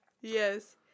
Yes